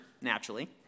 naturally